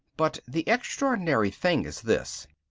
but the extraordinary thing is this.